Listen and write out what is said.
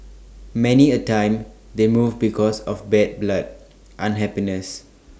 many A time they move because of bad blood unhappiness